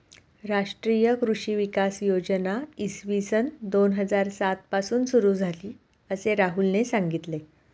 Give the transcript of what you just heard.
राष्ट्रीय कृषी विकास योजना इसवी सन दोन हजार सात पासून सुरू झाली, असे राहुलने सांगितले